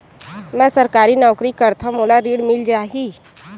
मै सरकारी नौकरी करथव मोला ऋण मिल जाही?